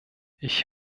ich